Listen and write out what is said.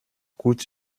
gut